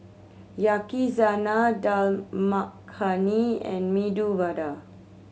Yakizakana Dal Makhani and Medu Vada